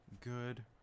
good